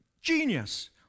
genius